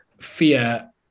fear